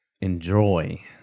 enjoy